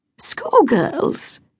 Schoolgirls